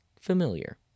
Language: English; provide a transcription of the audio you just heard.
familiar